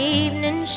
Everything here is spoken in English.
evening